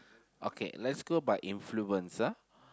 okay let's go by influencer